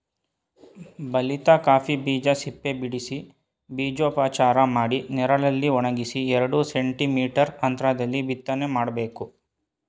ಬಲಿತ ಕಾಫಿ ಬೀಜ ಸಿಪ್ಪೆಬಿಡಿಸಿ ಬೀಜೋಪಚಾರ ಮಾಡಿ ನೆರಳಲ್ಲಿ ಒಣಗಿಸಿ ಎರಡು ಸೆಂಟಿ ಮೀಟರ್ ಅಂತ್ರದಲ್ಲಿ ಬಿತ್ತನೆ ಮಾಡ್ಬೇಕು